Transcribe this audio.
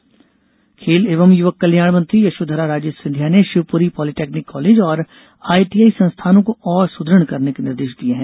खेलमंत्री निरीक्षण खेल एवं युवक कल्याण मंत्री यशोधरा राजे सिंधिया ने शिवपुरी पॉलिटेनिक कॉलेज और आईटीआई संस्थानों को और सुदृढ़ करने के निर्देश दिये हैं